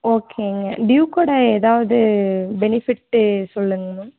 ஓகேங்க டியூக்கோட ஏதாவது பெனிஃபிட்டு சொல்லுங்கள் மேம்